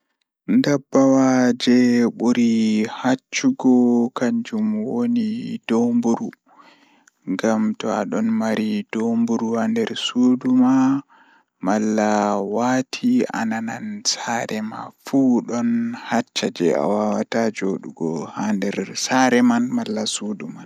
Ɓikkon jotta ɓuri nanugo belɗum Miɗo yiɗi ko moƴƴi yimɓe ɓe doole ɓe yetto nder heɓugol fayde e no ɓuri saare e hokkugo. Kono, ko dume ngal wondi laabi kadi, e tawii konngol ngal hakkunde tofinay goonga.